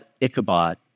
Ichabod